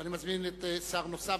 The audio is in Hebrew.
ואני מזמין שר לשעבר נוסף,